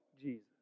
Jesus